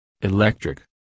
Electric